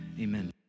amen